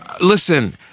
listen